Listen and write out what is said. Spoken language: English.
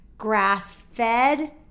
grass-fed